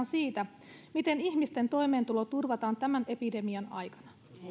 siitä miten ihmisten toimeentulo turvataan tämän epidemian aikana